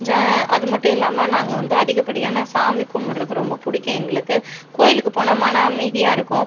ஜா அதுமட்டும் இல்லாமல் நாங்கள் வந்து அதிகப்படியான சாமி கும்பிடுறது ரொம்ப பிடிக்கும் எங்களுக்கு கோவிலுக்குப் போனால் மன அமைதியாக இருக்கும்